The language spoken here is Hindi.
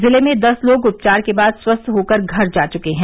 जिले में दस लोग उपचार के बाद स्वस्थ होकर घर जा चुके हैं